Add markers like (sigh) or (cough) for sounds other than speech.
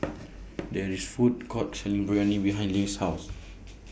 (noise) There IS A Food Court Selling Biryani behind Lane's House